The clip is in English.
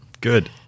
Good